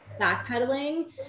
backpedaling